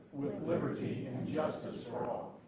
with liberty and justice for all.